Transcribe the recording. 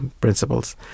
principles